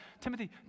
Timothy